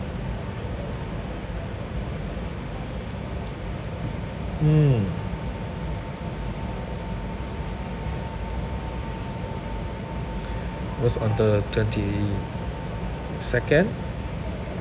mm was on the twenty second